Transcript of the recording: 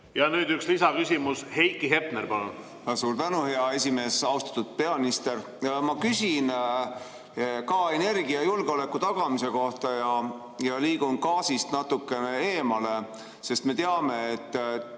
Ja nüüd üks lisaküsimus. Heiki Hepner, palun! Suur tänu, hea esimees! Austatud peaminister! Ma küsin ka energiajulgeoleku tagamise kohta ja liigun gaasist natukene eemale, sest me teame, et